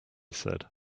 said